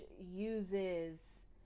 uses